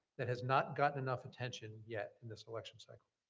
that has not gotten enough attention yet in this election cycle?